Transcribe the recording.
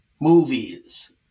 movies